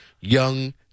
young